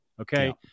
Okay